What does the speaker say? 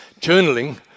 journaling